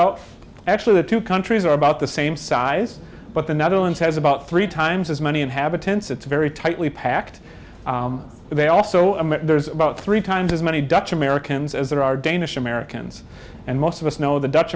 out actually the two countries are about the same size but the netherlands has about three times as many inhabitants it's very tightly packed they also there's about three times as many dutch americans as there are danish americans and most of us know the dutch